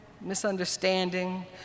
misunderstanding